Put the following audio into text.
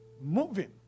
Moving